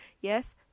yes